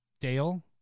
Dale